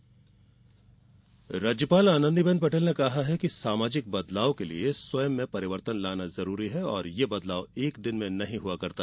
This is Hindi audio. राष्ट्रीय अधिवेशन राज्यपाल आनंदीबेन पटेल ने कहा है कि सामाजिक बदलाव के लिए स्वयं में परिवर्तन लाना जरूरी है बदलाव एक दिन में नहीं होता